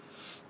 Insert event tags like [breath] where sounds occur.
[breath]